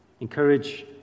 encourage